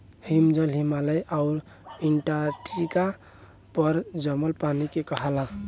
हिमजल, हिमालय आउर अन्टार्टिका पर जमल पानी के कहाला